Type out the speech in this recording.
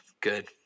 Good